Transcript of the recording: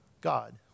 God